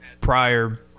prior